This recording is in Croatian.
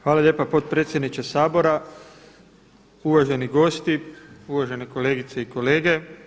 Hvala lijepa potpredsjedniče Sabora, uvaženi gosti, uvažene kolegice i kolege.